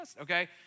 okay